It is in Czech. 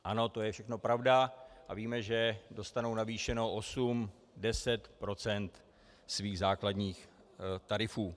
Ano, to je všechno pravda a víme, že dostanou navýšeno o 8, 10 % svých základních tarifů.